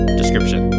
description